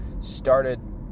started